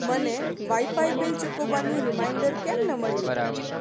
મને wifi bill ચૂકવવાનું reminder કેમ ન મળ્યું